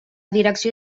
direcció